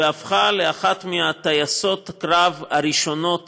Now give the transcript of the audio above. והפכה לאחת מטייסות הקרב הראשונות